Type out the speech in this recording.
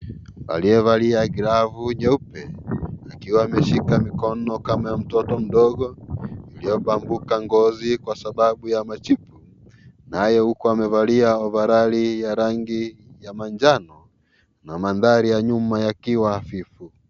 Aliyevalia glavu nyeupe akiwa ameshika mikono kama ya mtoto mdogo iliyobambuka ngozi kwa sababu ya majipu naye huku amevalia ovaroli ya rangi ya manjano na mandhari ya nyuma yakiwa hafifu.